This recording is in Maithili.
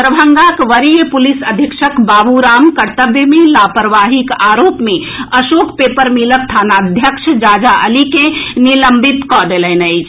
दरभंगाक वरीय पुलिस अधीक्षक बाबूराम कर्तव्य मे लापरवाहीक आरोप मे अशोक पेपर मिलक थानाध्यक्ष जाजा अली के निलंबित कऽ देलनि अछि